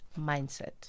Mindset